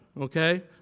okay